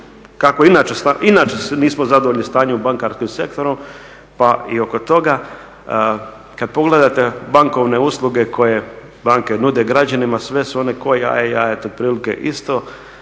kako inače nismo zadovoljni stanjem u bankarskom sektoru, pa i oko toga kad pogledate bankovne usluge koje banke nude građanima sve su one ko jaje jajetu otprilike isto.